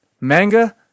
Manga